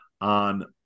on